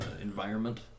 Environment